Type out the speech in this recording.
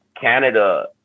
Canada